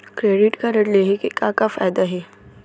Credit card लेहे के का का फायदा हे?